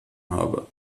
habe